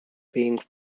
being